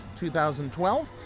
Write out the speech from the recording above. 2012